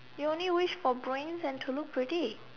you only wish for brains and to look pretty